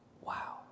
Wow